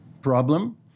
problem